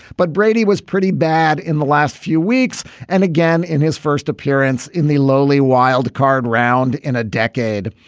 but brady was pretty bad in the last few weeks and again in his first appearance in the lowly wildcard round in a decade.